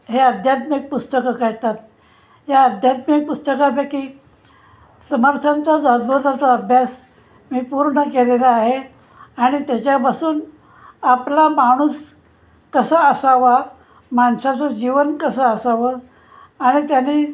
हे अध्यात्मिक पुस्तकं काढतात या अध्यात्मिक पुस्तकापैकी समर्थांचा दासबोधाचा अभ्यास मी पूर्ण केलेला आहे आणि त्याच्यापासून आपला माणूस कसा असावा माणसाचं जीवन कसं असावं आणि त्याने